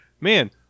man